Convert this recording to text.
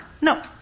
No